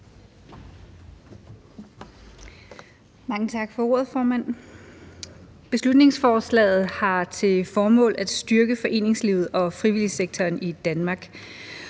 Mange tak for ordet, formand. Beslutningsforslaget har til formål at styrke foreningslivet og frivilligsektoren i Danmark,